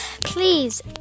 please